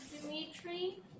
Dimitri